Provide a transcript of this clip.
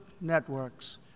networks